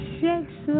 shakes